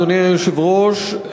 אדוני היושב-ראש,